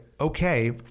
okay